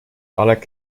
alec